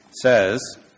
says